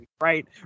right